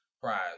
prize